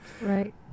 Right